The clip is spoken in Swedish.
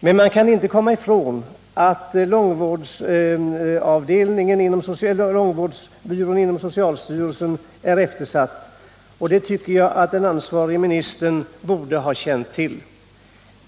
Men man kan inte komma ifrån att långvårdsbyrån inom socialstyrelsen är eftersatt, och det tycker jag att den ansvariga ministern borde ha känt till.